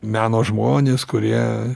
meno žmonės kurie